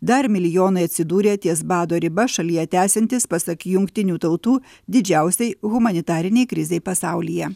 dar milijonai atsidūrė ties bado riba šalyje tęsiantis pasak jungtinių tautų didžiausiai humanitarinei krizei pasaulyje